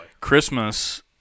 christmas